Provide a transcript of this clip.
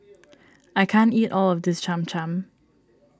I can't eat all of this Cham Cham